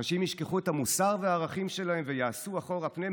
שאנשים ישכחו את המוסר והערכים שלהם ויעשו אחורה פנה?